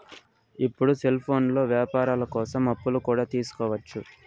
ఇప్పుడు సెల్ఫోన్లో వ్యాపారాల కోసం అప్పులు కూడా తీసుకోవచ్చు